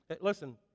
Listen